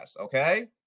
Okay